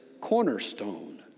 cornerstone